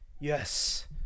Yes